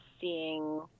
seeing